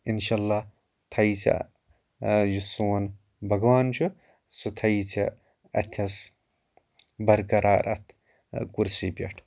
اِنشاء اللٰہ تھایی ژےٚ یہِ سون بَگوان چھُ سُہ تھایی ژےٚ اَتٮ۪س برقرار اَتھ کُرسی پٮ۪ٹھ